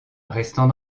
restant